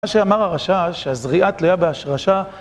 מה שאמר הרשע, שהזריעה תוליה בהשרשה